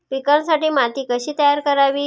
पिकांसाठी माती कशी तयार करावी?